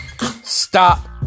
stop